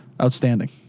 outstanding